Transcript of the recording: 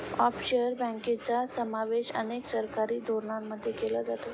offshore बँकांचा समावेश अनेक सरकारी धोरणांमध्ये केला जातो